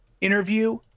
interview